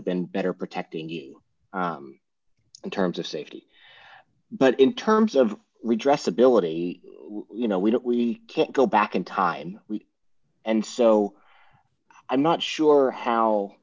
have been better protecting you in terms of safety but in terms of redress ability you know we don't we can't go back in time and so i'm not sure how